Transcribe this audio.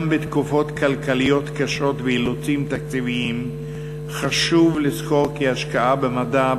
גם בתקופות כלכליות קשות ואילוצים תקציביים חשוב לזכור כי השקעה במדע,